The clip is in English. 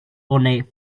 ornate